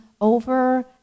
over